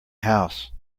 house